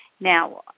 Now